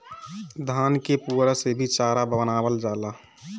धान के पुअरा से भी चारा बनावल जाला